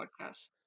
podcast